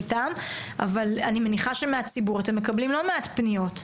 אבל אני מניחה שמהציבור אתם מקבלים לא מעט פניות.